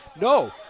No